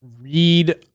read